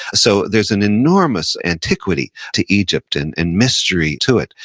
so, there's an enormous antiquity to egypt, and and mystery to it.